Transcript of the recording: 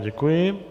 Děkuji.